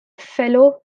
fellow